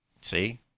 See